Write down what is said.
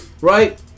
right